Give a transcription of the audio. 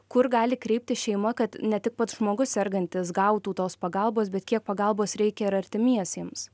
kur gali kreiptis šeima kad ne tik pats žmogus sergantis gautų tos pagalbos bet kiek pagalbos reikia ir artimiesiems